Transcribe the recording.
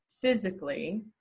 physically